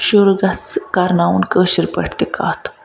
شُر گَژھٕ کَرناوُن کٲشِر پٲٹھۍ تہِ کتھ